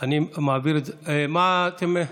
מה אתם מציעים?